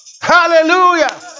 Hallelujah